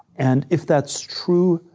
and if that's true,